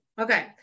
okay